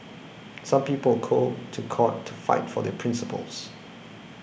some people go to court to fight for their principles